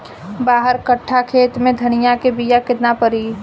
बारह कट्ठाखेत में धनिया के बीया केतना परी?